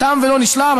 תם ולא נשלם,